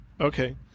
okay